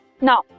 Now